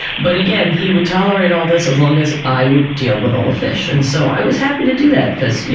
but again, he would tolerate all this as long as i would deal with all the fish. and so, i was happy to do that because, you